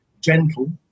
gentle